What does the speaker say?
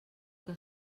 que